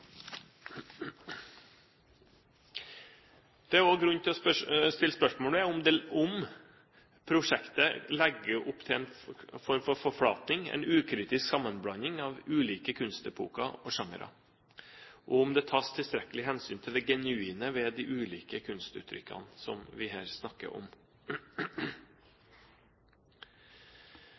Det er også grunn til å stille spørsmål om prosjektet legger opp til en form for forflatning, en ukritisk sammenblanding av ulike kunstepoker og sjangre, og om det tas tilstrekkelig hensyn til det genuine ved de ulike kunstuttrykkene som vi her snakker om.